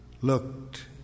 looked